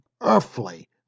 earthly